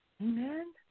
Amen